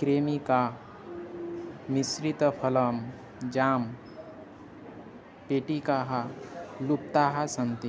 क्रेमिका मिश्रितफलं जाम् पेटिकाः लुप्ताः सन्ति